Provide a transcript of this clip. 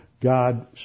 God